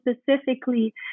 specifically